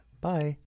Bye